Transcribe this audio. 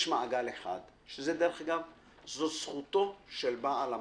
יש מעגל אחד, שזה זכותו של בעל המקום,